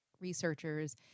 researchers